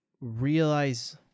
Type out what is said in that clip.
realize